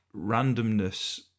randomness